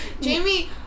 Jamie